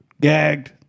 gagged